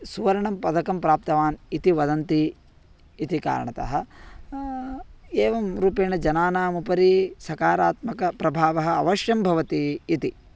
सुवर्णपदकं प्राप्तवान् इति वदन्ति इति कारणतः एवं रूपेण जनानामुपरि सकारात्मकः प्रभावः अवश्यं भवति इति